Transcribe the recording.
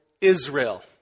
Israel